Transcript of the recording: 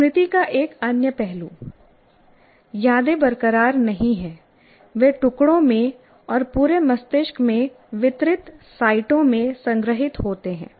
स्मृति का एक अन्य पहलू यादें बरकरार नहीं हैं वे टुकड़ों में और पूरे मस्तिष्क में वितरित साइटों में संग्रहीत होते हैं